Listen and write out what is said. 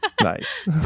nice